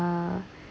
uh